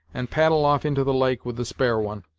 and paddle off into the lake with the spare one,